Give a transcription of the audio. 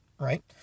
right